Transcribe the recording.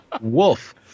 wolf